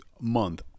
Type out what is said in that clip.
month